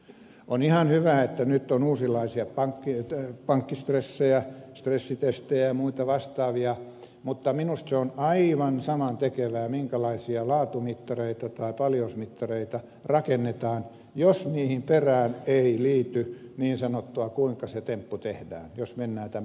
on ihan hyvä että nyt on uudenlaisia pankkistressitestejä ja muita vastaavia mutta minusta se on aivan samantekevää minkälaisia laatumittareita tai paljousmittareita rakennetaan jos niihin perään ei liity niin sanottua kuinka se temppu tehdään jos mennään tämän rajan ylitse